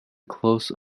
close